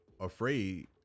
afraid